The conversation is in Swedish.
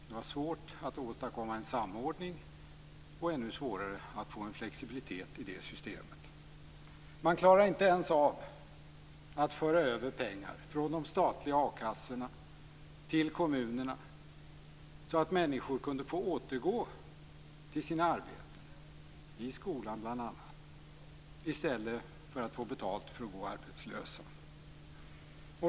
Det var svårt att åstadkomma en samordning och ännu svårare att få en flexibilitet i det systemet. Man klarade inte ens av att föra över pengar från de statliga a-kassorna till kommunerna, så att människor kunde få återgå till sina arbeten i bl.a. skolan i stället för att få betalt för att gå arbetslösa.